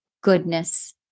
goodness